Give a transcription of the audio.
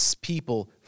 people